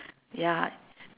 ya